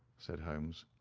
said holmes.